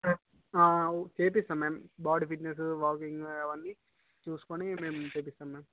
ఆ చేయిస్తాం ma'am body fitness walking అవన్నీ చూసుకొని మేం చేయిస్తాం మ్యామ్